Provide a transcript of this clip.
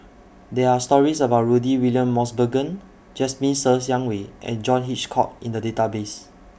There Are stories about Rudy William Mosbergen Jasmine Ser Xiang Wei and John Hitchcock in The Database